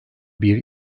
bir